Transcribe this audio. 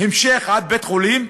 המשך עד בית-החולים,